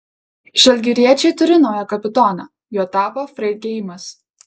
žalgiriečiai turi naują kapitoną juo tapo freidgeimas